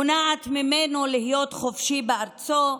מונעת ממנו להיות חופשי בארצו,